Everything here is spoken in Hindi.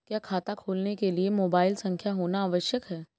क्या खाता खोलने के लिए मोबाइल संख्या होना आवश्यक है?